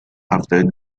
after